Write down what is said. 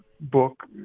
book